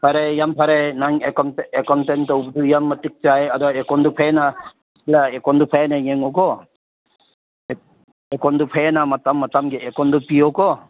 ꯐꯔꯦ ꯌꯥꯝ ꯐꯔꯦ ꯅꯪ ꯑꯦꯀꯥꯎꯟꯇꯦꯟ ꯑꯦꯀꯥꯎꯟꯇꯦꯟ ꯇꯧꯕꯗꯨ ꯌꯥꯝ ꯃꯇꯤꯛ ꯆꯥꯏ ꯑꯗ ꯑꯦꯀꯥꯎꯟꯗꯣ ꯐꯖꯅ ꯅꯪ ꯑꯦꯀꯥꯎꯟꯗꯣ ꯐꯖꯅ ꯌꯦꯡꯉꯨꯀꯣ ꯑꯦꯀꯥꯎꯟꯗꯣ ꯐꯖꯅ ꯃꯇꯝ ꯃꯇꯝꯒꯤ ꯑꯦꯀꯥꯎꯟꯗꯣ ꯄꯤꯌꯨꯀꯣ